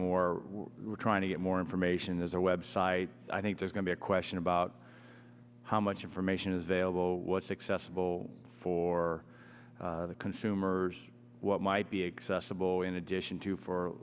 more we're trying to get more information there's a website i think there's going to a question about how much information is available what successful for the consumers what might be accessible in addition to for